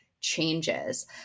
changes